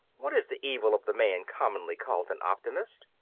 what is the evil of the man commonly called an optimist?